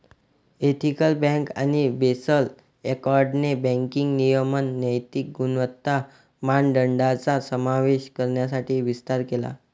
ethical bank आणि Basel एकॉर्डने banking नियमन नैतिक गुणवत्ता मानदंडांचा समावेश करण्यासाठी विस्तार केला